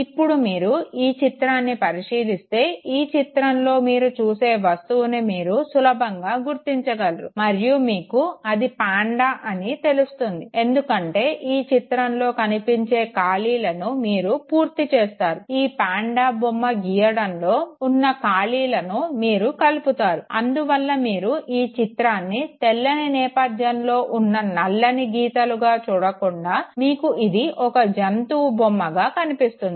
ఇపుడు మీరు ఈ చిత్రాన్ని పరిశీలిస్తే ఈ చిత్రంలో మీరు చూసే వస్తువును మీరు సులభంగా గుర్తించగలరు మరియు మీకు అది పాండా అని తెలుస్తుంది ఎందుకంటే ఈ చిత్రంలో కనిపించే కాళీలను మీరు పూర్తి చేస్తారు ఈ పండా బొమ్మ గీయడంలో ఉన్న కాళీలను మీరు కలుపుతారు అందువల్ల మీరు ఈ చిత్రాన్ని తెల్లని నేపధ్యంలో ఉన్న నల్లని గీతలుగా చూడకుండా మీకు ఇది ఒక జంతువు బొమ్మగా కనిపిస్తుంది